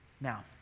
Now